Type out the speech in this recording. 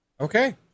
Okay